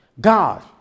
God